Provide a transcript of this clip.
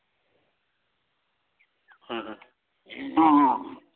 ᱦᱮᱸ ᱦᱮᱸ